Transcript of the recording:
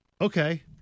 Okay